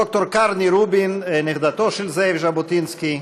ד"ר קרני רובין, נכדתו של זאב ז'בוטינסקי,